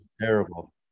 terrible